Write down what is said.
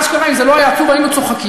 אשכרה, אם זה לא היה עצוב היינו צוחקים.